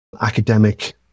academic